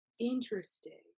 interesting